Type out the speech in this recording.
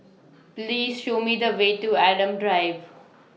Please Show Me The Way to Adam Drive